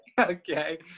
Okay